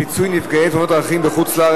פיצוי נפגעי תאונות דרכים בחו"ל),